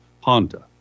Honda